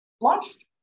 launched